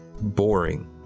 boring